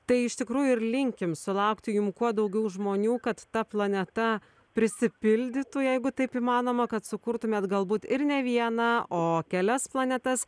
tai iš tikrųjų ir linkim sulaukti jum kuo daugiau žmonių kad ta planeta prisipildytų jeigu taip įmanoma kad sukurtumėt galbūt ir ne vieną o kelias planetas